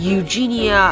Eugenia